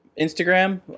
instagram